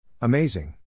Amazing